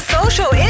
social